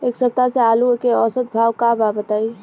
एक सप्ताह से आलू के औसत भाव का बा बताई?